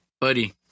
Buddy